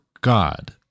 God